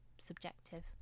subjective